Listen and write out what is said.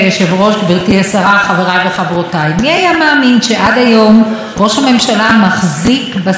מי היה מאמין שעד היום ראש הממשלה מחזיק בסמכויות שהיועץ המשפטי